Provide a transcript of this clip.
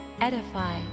edify